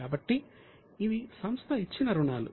కాబట్టి ఇవి సంస్థ ఇచ్చిన రుణాలు